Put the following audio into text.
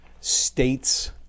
states